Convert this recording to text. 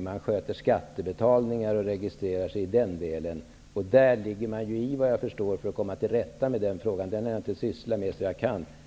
nog sättet att sköta skattebetalningar och registrering i den delen. I det avseendet ligger man dock i, såvitt jag förstår, för att komma till rätta med förhållandena. Jag har inte sysslat med den saken, så jag kan inte detta.